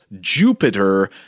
Jupiter